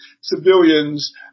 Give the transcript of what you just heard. civilians